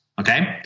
Okay